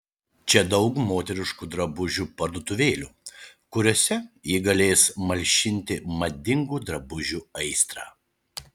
čia daug moteriškų drabužių parduotuvėlių kuriose ji galės malšinti madingų drabužių aistrą